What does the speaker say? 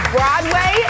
Broadway